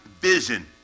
vision